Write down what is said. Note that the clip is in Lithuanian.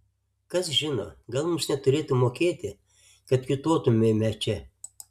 kas žino gal mums net turėtų mokėti kad kiūtotumėme čia